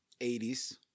80s